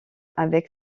avec